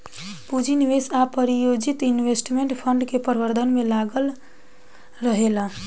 पूंजी निवेश आ प्रायोजित इन्वेस्टमेंट फंड के प्रबंधन में लागल रहेला